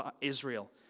Israel